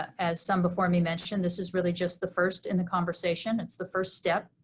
as some before me mentioned, this is really just the first in the conversation, it's the first step.